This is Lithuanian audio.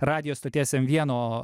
radijo stoties m vieno